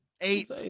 Eight